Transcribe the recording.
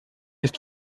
ist